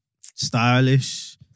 Stylish